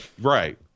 Right